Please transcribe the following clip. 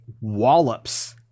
wallops